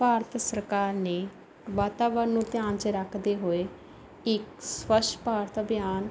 ਭਾਰਤ ਸਰਕਾਰ ਨੇ ਵਾਤਾਵਰਣ ਨੂੰ ਧਿਆਨ ਵਿੱਚ ਰੱਖਦੇ ਹੋਏ ਇੱਕ ਸਵੱਛ ਭਾਰਤ ਅਭਿਆਨ